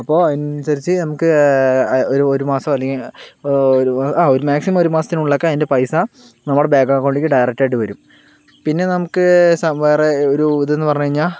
അപ്പോൾ അതിനനുസരിച്ച് നമുക്ക് ഒരു ഒരു മാസം അല്ലെങ്കിൽ ഇപ്പൊൾ ഒരു ആ മാക്സിമം ഒരു മാസത്തിനുള്ളിലൊക്കെ അതിൻ്റെ പൈസ നമ്മുടെ ബാങ്ക് അക്കൗണ്ടിലേക്ക് ഡയറക്റ്റ് ആയിട്ട് വരും പിന്നെ നമുക്ക് വേറെ ഒരുത്ന്ന് പറഞ്ഞ് കഴിഞ്ഞാൽ